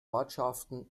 ortschaften